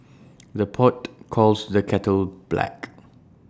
the pot calls the kettle black